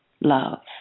love